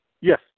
Yes